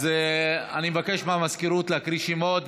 אז אני מבקש מהמזכירות להקריא שמות,